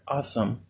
Awesome